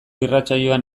irratsaioan